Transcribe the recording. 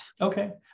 Okay